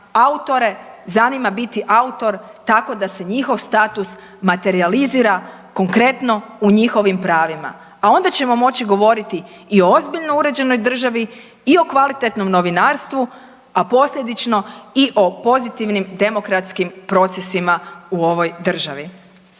Autore zanima biti autor tako da se njihov status materijalizira konkretno, u njihovim pravima. A onda ćemo moći govoriti i o ozbiljno uređenoj državi i o kvalitetnom novinarstvu, a posljedično i o pozitivnim demokratskim procesima u ovoj državi.